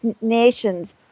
nations